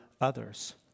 others